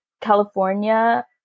California